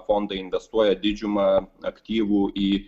fondai investuoja didžiumą aktyvų į